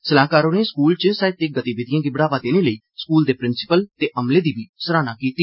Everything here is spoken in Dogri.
सलाहकार होरें स्कूल च साहित्य गतिविधिएं गी बढावा देने लेई स्कूल दे प्रिंसिपिल ते अमले दी सराह्ना बी कीती